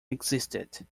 existed